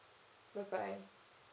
bye bye